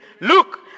Look